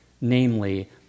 namely